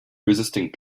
resistant